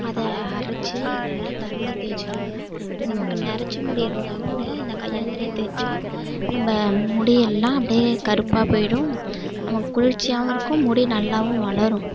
அதை அரைச்சி நல்லா தலையில தேய்ச்சிட்டோம்னா நமக்கு நரச்ச முடி இருந்தாக்கூட இந்த கையாந்தரையை தேய்ச்சா நம்ம முடியெல்லாம் அப்படே கருப்பாக போயிடும் நமக்கு குளிர்ச்சியாகவும் இருக்கும் முடி நல்லாவும் வளரும்